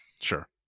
Sure